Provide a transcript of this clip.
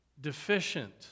deficient